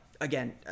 again